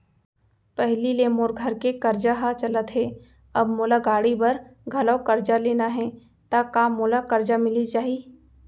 पहिली ले मोर घर के करजा ह चलत हे, अब मोला गाड़ी बर घलव करजा लेना हे ता का मोला करजा मिलिस जाही?